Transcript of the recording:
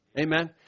Amen